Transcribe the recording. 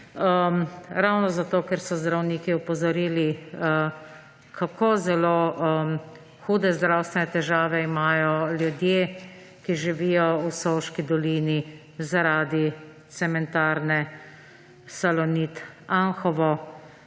ravno zato, ker so zdravniki opozorili, kako zelo hude zdravstvene težave imajo ljudje, ki živijo v Soški dolini zaradi cementarne Salonit Anhovo.